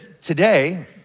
today